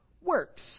works